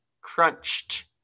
crunched